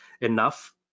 enough